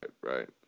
right